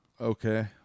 Okay